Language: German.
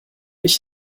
ich